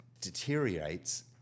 deteriorates